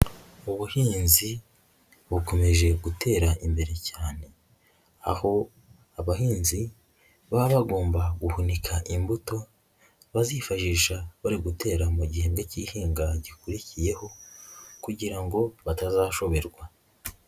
Ubuhinzi bukomeje gutera imbere cyane, aho abahinzi baba bagomba guhunika imbuto bazifashisha bari gutera mu gihembwe cy'ihinga gikurikiyeho kugira ngo batazashoberwa.